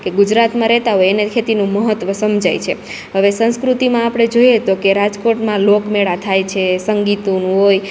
કે ગુજરાતમાં રેતા હોય એને ખેતીનું મહત્વ સમજાએ છે હવે સંસ્કૃતિમાં આપડે જોઈએ તોકે રાજકોટમાં લોક મેળા થાય છે સંગીતોનું હોય